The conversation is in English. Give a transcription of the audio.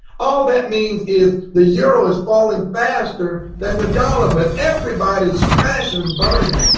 all that means is the euro is falling faster than the dollar but everybody is crashing and burn it